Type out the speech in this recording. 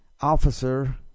officer